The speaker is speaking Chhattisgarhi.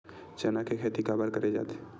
चना के खेती काबर करे जाथे?